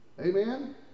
Amen